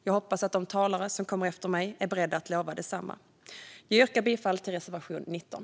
Jag hoppas att de talare som kommer efter mig är beredda att lova detsamma. Jag yrkar bifall till reservation 19.